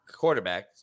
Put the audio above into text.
quarterbacks